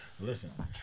Listen